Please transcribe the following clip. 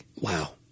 wow